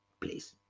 please